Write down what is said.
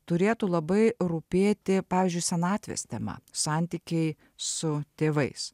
turėtų labai rūpėti pavyzdžiui senatvės tema santykiai su tėvais